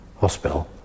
hospital